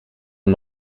een